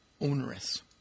onerous